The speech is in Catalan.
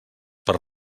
per